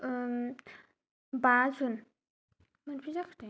बा जुन